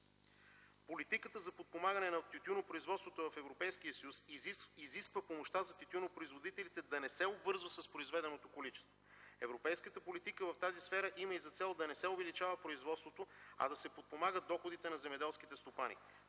Политиката за подпомагане на тютюнопроизводството в Европейския съюз изисква помощта за тютюнопроизводителите да не се обвързва с произведеното количество. Европейската политика в тази сфера има и за цел да не се увеличава производството, а да се подпомагат доходите на земеделските стопани.